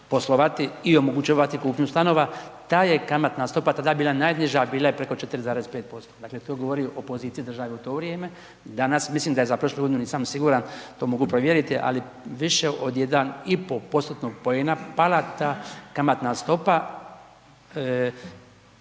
poslovati i omogućavati kupnju stanova ta je kamatna stopa tada bila najniža a bila je preko 4,5%, dakle to govori o poziciji države u to vrijeme, danas, mislim da je za prošlu godinu, nisam siguran, to mogu provjeriti ali više od 1,5%-tnog poena pala ta kamatna stopa